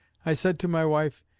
i said to my wife,